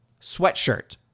sweatshirt